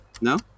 No